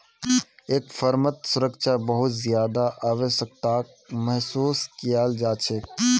एक फर्मत सुरक्षा बहुत ज्यादा आवश्यकताक महसूस कियाल जा छेक